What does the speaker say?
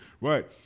right